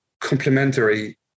complementary